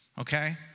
okay